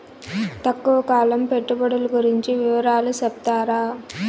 తక్కువ కాలం పెట్టుబడులు గురించి వివరాలు సెప్తారా?